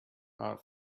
are